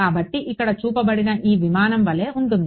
కాబట్టి ఇక్కడ చూపబడిన ఈ విమానం వలె ఉంటుంది